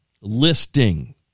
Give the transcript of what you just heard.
listing